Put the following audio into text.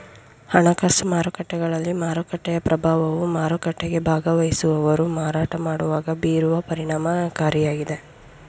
ಹಣಕಾಸು ಮಾರುಕಟ್ಟೆಗಳಲ್ಲಿ ಮಾರುಕಟ್ಟೆಯ ಪ್ರಭಾವವು ಮಾರುಕಟ್ಟೆಗೆ ಭಾಗವಹಿಸುವವರು ಮಾರಾಟ ಮಾಡುವಾಗ ಬೀರುವ ಪರಿಣಾಮಕಾರಿಯಾಗಿದೆ